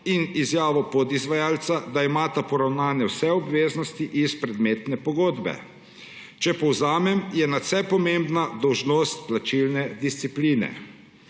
in izjavo podizvajalca, da imata poravnane vse obveznosti iz predmetne pogodbe. Če povzamem, je nadvse pomembna dolžnost plačilne discipline.